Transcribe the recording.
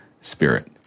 spirit